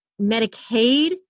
Medicaid